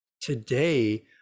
Today